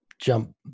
jump